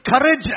Courage